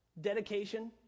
dedication